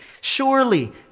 Surely